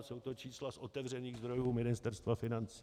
A jsou to čísla z otevřených zdrojů Ministerstva financí.